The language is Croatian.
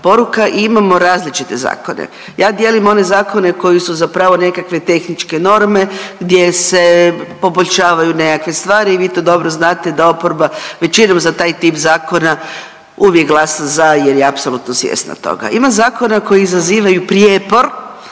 poruka. Imamo različite zakone. Ja dijelim one zakone koji su zapravo nekakve tehničke norme gdje se poboljšavaju nekakve stvari i vi to dobro znate da oporba većinom za taj tip zakona uvijek glasa za jer je apsolutno svjesna toga. Ima zakona koji izazivaju prijepor